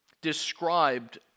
described